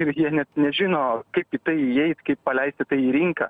ir jie net nežino kaip į tai įeit kaip paleisti tai į rinką